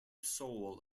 soul